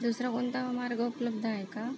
दुसरा कोणता मार्ग उपलब्ध आहे का